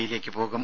ഇയിലേക്ക് പോകും